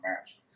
match